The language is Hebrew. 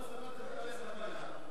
אדוני היושב-ראש, חברי השרים,